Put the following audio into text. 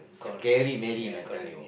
scary marry man I tell you